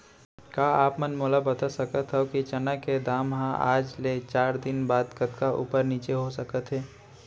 का आप मन मोला बता सकथव कि चना के दाम हा आज ले चार दिन बाद कतका ऊपर नीचे हो सकथे?